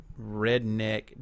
redneck